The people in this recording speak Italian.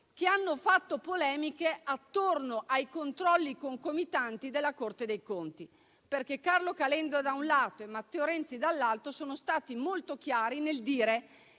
che hanno fatto polemiche attorno ai controlli concomitanti della Corte dei conti. Carlo Calenda, da un lato, e Matteo Renzi, dall'altro, sono stati molto chiari nel dire